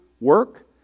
work